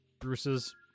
Bruce's